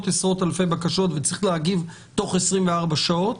עשרות אלפי בקשות וצריך להגיב תוך 24 שעות,